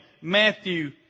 Matthew